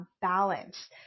balance